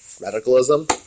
radicalism